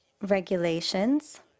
regulations